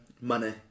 money